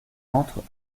entrent